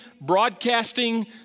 broadcasting